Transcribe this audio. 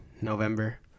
november